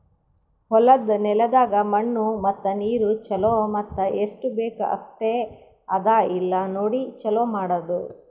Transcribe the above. ಹೊಲದ ನೆಲದಾಗ್ ಮಣ್ಣು ಮತ್ತ ನೀರು ಛಲೋ ಮತ್ತ ಎಸ್ಟು ಬೇಕ್ ಅಷ್ಟೆ ಅದಾ ಇಲ್ಲಾ ನೋಡಿ ಛಲೋ ಮಾಡದು